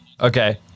Okay